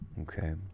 Okay